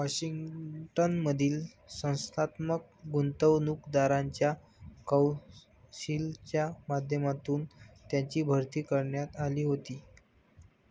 Washington मधील संस्थात्मक गुंतवणूकदारांच्या कौन्सिलच्या माध्यमातून त्यांची भरती करण्यात आली होती